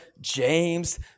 James